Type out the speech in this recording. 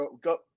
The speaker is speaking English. go